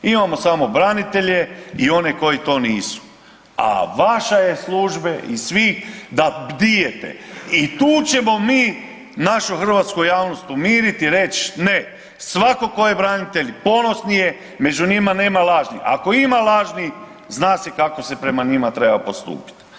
Imamo samo branitelje i one koji to nisu a vaša je službe i svi da bdijete i tu ćemo mi našu hrvatsku javnost umirit i reć, ne, svako tko je branitelj ponosni je, među njima nema lažni, ako ima lažni zna se kako se prema njima treba postupit.